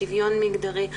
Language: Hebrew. שוויון מגדרי,